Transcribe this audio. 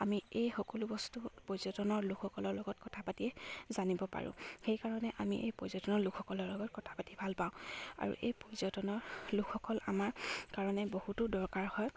আমি এই সকলো বস্তু পৰ্যটনৰ লোকসকলৰ লগত কথা পাতিয়েই জানিব পাৰোঁ সেইকাৰণে আমি এই পৰ্যটনৰ লোকসকলৰ লগত কথা পাতি ভাল পাওঁ আৰু এই পৰ্যটনৰ লোকসকল আমাৰ কাৰণে বহুতো দৰকাৰ হয়